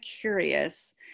curious